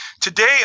Today